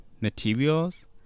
materials